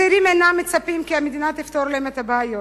הצעירים אינם מצפים שהמדינה תפתור להם את הבעיות,